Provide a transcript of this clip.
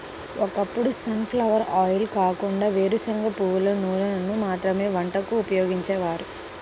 ఒకప్పుడు sunflower oil కాకుండా వేరుశనగ, నువ్వుల నూనెను మాత్రమే వంటకు ఉపయోగించేవారు